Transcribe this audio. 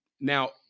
now